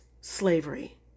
slavery